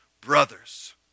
brothers